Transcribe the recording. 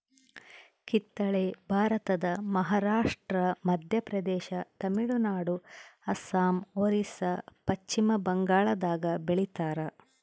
ಕಿತ್ತಳೆ ಭಾರತದ ಮಹಾರಾಷ್ಟ್ರ ಮಧ್ಯಪ್ರದೇಶ ತಮಿಳುನಾಡು ಅಸ್ಸಾಂ ಒರಿಸ್ಸಾ ಪಚ್ಚಿಮಬಂಗಾಳದಾಗ ಬೆಳಿತಾರ